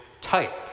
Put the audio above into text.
type